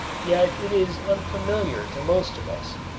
yet it is unfamiliar to most of us.